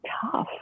tough